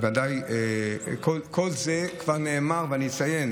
כל זה כבר נאמר, ואני אציין